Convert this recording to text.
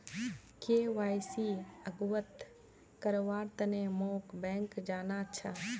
KYC अवगत करव्वार तने मोक बैंक जाना छ